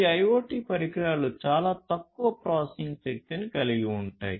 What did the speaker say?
ఈ IoT పరికరాలు చాలా తక్కువ ప్రాసెసింగ్ శక్తిని కలిగి ఉంటాయి